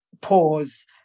pause